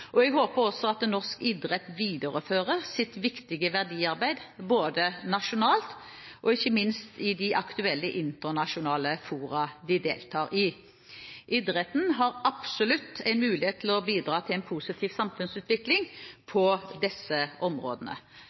viktige verdiarbeid både nasjonalt og ikke minst i de aktuelle internasjonale fora de deltar i. Idretten har absolutt en mulighet til å bidra til en positiv samfunnsutvikling på disse områdene.